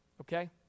okay